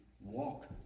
walk